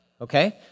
Okay